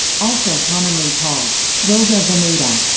also commonly called voga veneta.